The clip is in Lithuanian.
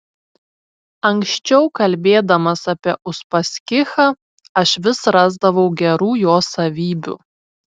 anksčiau kalbėdamas apie uspaskichą aš vis rasdavau gerų jo savybių